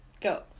Go